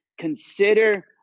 consider